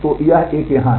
तो यह एक यहाँ है